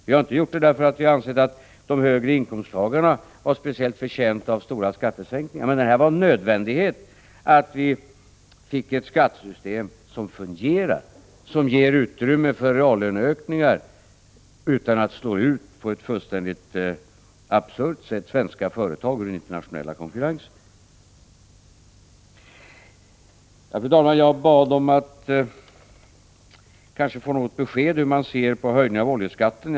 Vi har inte gjort det här, därför att vi anser att de högre inkomsttagarna är speciellt förtjänta av stora skattesänkningar. Men det är nödvändigt att vi får ett skattesystem som fungerar och som ger utrymme för reallöneökningar, utan att på ett fullständigt absurt sätt slå ut svenska företag i den internationella konkurrensen. Fru talman! Jag bad om ett besked om hur man ser på höjningen av oljeskatten.